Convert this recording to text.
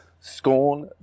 scorn